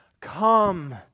come